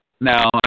Now